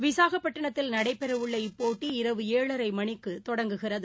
விசாகப்பட்டிணத்தில் நடைபெறவுள்ள இப்போட்டி இரவு ஏழரை மணிக்கு தொடங்குகிறது